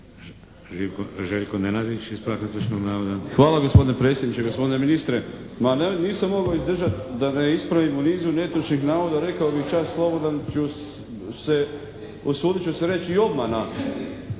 **Nenadić, Željko (HDZ)** Hvala gospodine predsjedniče. Gospodine ministre, ma nisam mogao izdržati da ne ispravim u nizu netočnih navoda, rekao bih čak slobodan ću se, osudit ću se reći i obmana